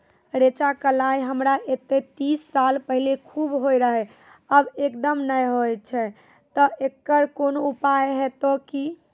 रेचा, कलाय हमरा येते तीस साल पहले खूब होय रहें, अब एकदम नैय होय छैय तऽ एकरऽ कोनो उपाय हेते कि?